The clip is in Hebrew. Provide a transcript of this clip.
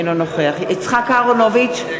אינו נוכח יצחק אהרונוביץ,